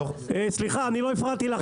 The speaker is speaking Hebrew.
אני לא הפרעתי לך,